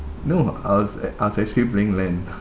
no I was I was actually playing LAN